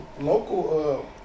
local